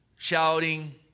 Shouting